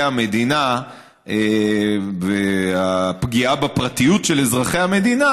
המדינה והפגיעה בפרטיות של אזרחי המדינה,